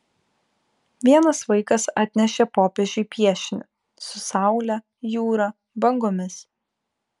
vienas vaikas atnešė popiežiui piešinį su saule jūra bangomis